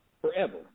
forever